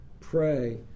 Pray